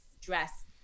dress